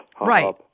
right